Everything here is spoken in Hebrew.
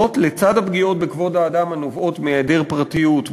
זאת לצד הפגיעות בכבוד האדם הנובעות מהיעדר פרטיות,